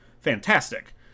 fantastic